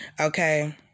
Okay